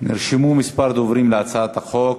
נרשמו כמה דוברים להצעת החוק: